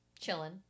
Chilling